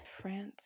France